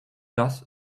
does